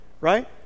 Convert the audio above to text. Right